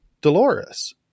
Dolores